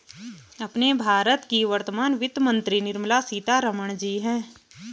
अपने भारत की वर्तमान वित्त मंत्री निर्मला सीतारमण जी हैं